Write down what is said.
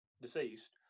deceased